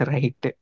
Right